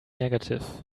negative